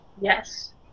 Yes